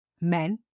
men